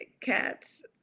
cats